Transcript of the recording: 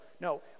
no